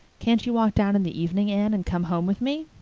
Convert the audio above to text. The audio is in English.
can't you walk down in the evening, anne, and come home with me?